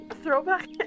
throwback